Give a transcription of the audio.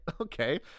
okay